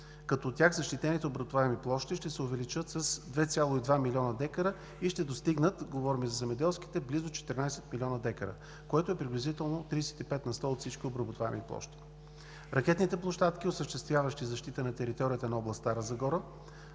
от тях защитените обработваеми площи ще се увеличат с 2,2 млн. декара и ще достигнат – говорим за земеделските, близо 14 млн. декара, което е приблизително 35% от всички обработваеми площи. Ракетните площадки, осъществяващи защита на територията на област Стара Загора,